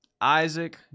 Isaac